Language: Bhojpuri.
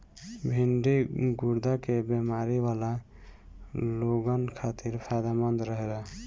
भिन्डी गुर्दा के बेमारी वाला लोगन खातिर फायदमंद रहेला